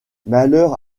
malheur